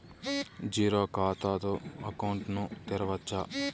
Zero ఖాతా తో account ను తెరవచ్చా?